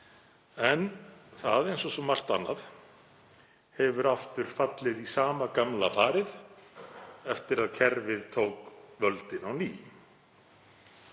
En það, eins og svo margt annað, hefur aftur fallið í sama gamla farið eftir að kerfið tók völdin á ný.